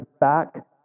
back